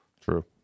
True